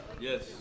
Yes